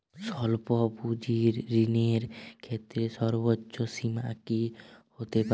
স্বল্প পুঁজির ঋণের ক্ষেত্রে সর্ব্বোচ্চ সীমা কী হতে পারে?